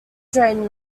drain